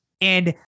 And-